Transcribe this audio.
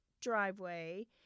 driveway